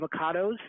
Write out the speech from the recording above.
avocados